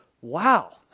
wow